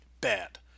Bad